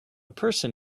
person